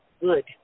Good